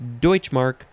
deutschmark